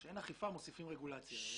כשאין אכיפה מוסיפים רגולציה.